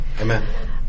Amen